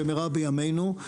במהרה בימינו.